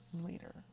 later